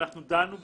דנו בזה.